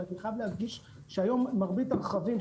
אני חייב להדגיש שהיום מרבית הרכבים,